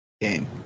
game